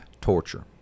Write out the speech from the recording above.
torture